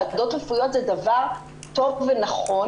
והוועדות הרפואיות זה דבר טוב ונכון,